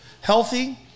healthy